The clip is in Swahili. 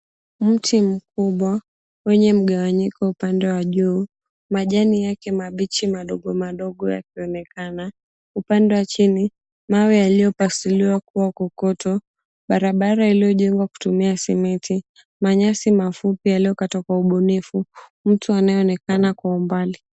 Mti mkubwa wenye mgawanyiko upande wa juu. Majani yake mabichi madogo madogo yakionekana. Upande wa chini mawe yaliyopasuliwa kuwa kokoto. Barabara iliyojengwa kutumia simiti. Manyasi mafupi yaliyokatwa kwa ubunifu. Mtu anayeonekana kwa umbali.